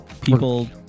people